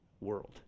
world